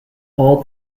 all